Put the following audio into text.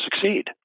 succeed